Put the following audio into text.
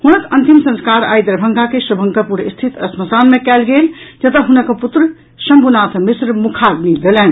हुनक अंतिम संस्कार आई दरभंगा के शुभंकरपुर स्थित श्मशान मे कयल गेल जतऽ हुनक पुत्र शंभुनाथ मिश्र मुखाग्नि देलनि